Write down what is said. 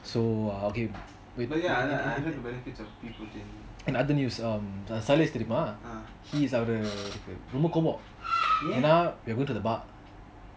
so err okay in other news Sailesh தெரியுமா:sailesh teriyuma he's அவருக்கு ரொம்ப கோவம் என்ன:avaruku romba kovam enna we're going to the bar